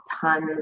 tons